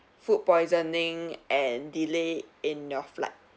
food poisoning and delay in your flight